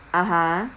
(uh huh)